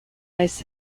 ice